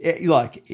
Look